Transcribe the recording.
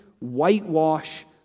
whitewash